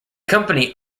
company